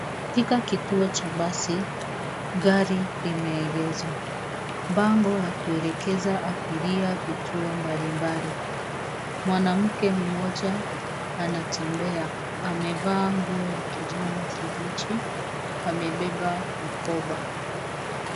Katika kituo cha basi, gari limeegeshwa. Bango ya kuelekeza abiria vituo mbalimbali. Mwanamke mmoja anatembea, amevaa nguo ya kijani kibichi, amebeba mkoba.